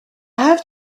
have